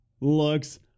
looks